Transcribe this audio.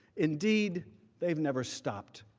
indeed they have never stopped.